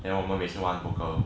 then 我们每次玩 poker